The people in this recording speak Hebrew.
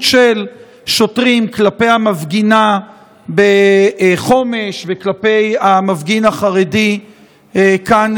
כלפי המפגינה בחומש וכלפי המפגין החרדי כאן,